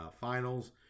finals